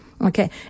Okay